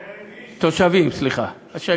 תושבים, סליחה.